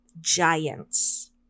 giants